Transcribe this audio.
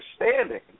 understanding